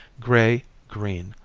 gray, green,